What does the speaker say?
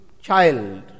child